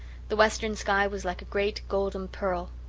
the western sky was like a great golden pearl.